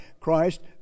Christ